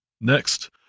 Next